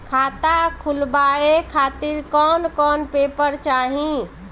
खाता खुलवाए खातिर कौन कौन पेपर चाहीं?